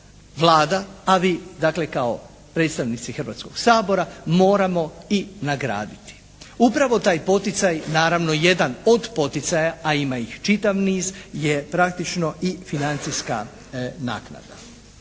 Vlada, a vi dakle kao predstavnici Hrvatskog sabora moramo i nagraditi. Upravo taj poticaj, naravno jedan od poticaja, a ima ih čitav niz je praktično i financijska naknada.